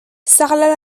sarlat